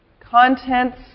Contents